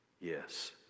yes